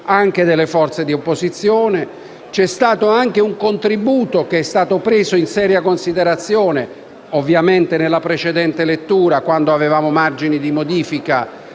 parte delle forze di opposizione. E c'è stato anche un contributo, che è stato preso in seria considerazione - ovviamente nella precedente lettura, quando avevamo margini di modifica